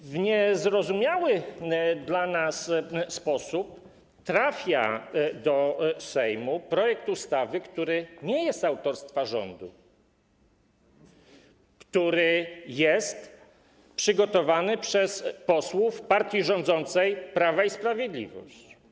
I w niezrozumiały dla nas sposób trafia do Sejmu projekt ustawy, który nie jest autorstwa rządu, który jest przygotowany przez posłów partii rządzącej, Prawa i Sprawiedliwości.